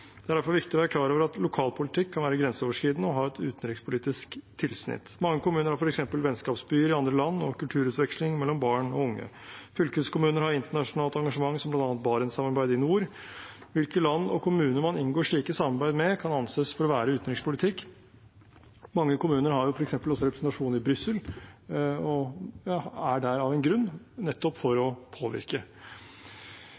Det er derfor viktig å være klar over at lokalpolitikk kan være grenseoverskridende og ha et utenrikspolitisk tilsnitt. Mange kommuner har f.eks. vennskapsbyer i andre land og kulturutveksling mellom barn og unge. Fylkeskommuner har internasjonalt engasjement, som bl.a. Barentssamarbeidet i nord. Hvilke land og kommuner man inngår slike samarbeid med, kan anses å være utenrikspolitikk. Mange kommuner har f.eks. også representasjon i Brussel og er der av en grunn, nettopp for å